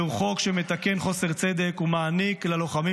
החוק מסיר כל עמימות ומגדיר בבירור: מי שעבר הכשרה כלוחם